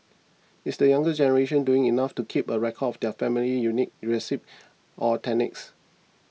is the younger generation doing enough to keep a record of their family's unique recipes or techniques